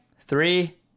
Three